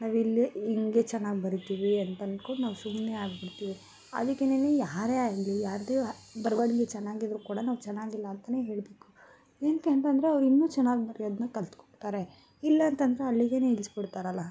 ನಾವಿಲ್ಲೇ ಹಿಂಗೆ ಚೆನ್ನಾಗಿ ಬರೀತಿವಿ ಅಂತನ್ಕೊಂಡು ನಾವು ಸುಮ್ಮನೆ ಆಗ್ಬಿಡ್ತೀವಿ ಅದಕ್ಕೆನೆ ಯಾರೇ ಆಗಲಿ ಯಾರದೇ ಬರವಣಿಗೆ ಚೆನ್ನಾಗಿದ್ರೂ ಕೂಡ ನಾವು ಚೆನ್ನಾಗಿಲ್ಲ ಅಂತನೇ ಹೇಳಬೇಕು ಏನಕ್ಕೆ ಅಂತಂದರೆ ಅವ್ರು ಇನ್ನೂ ಚೆನ್ನಾಗಿ ಬರಿಯೋದನ್ನ ಕಲ್ತುಕೊಳ್ತಾರೆ ಇಲ್ಲಾಂತಂದ್ರೆ ಅಲ್ಲಿಗೇ ನಿಲ್ಸ್ಬಿಡ್ತಾರಲ್ಲ